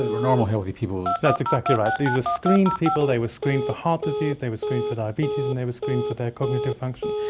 and were normal, healthy people. that's exactly right. so these were screened people, they were screened for heart disease, they were screened for diabetes and they were screened for their cognitive function.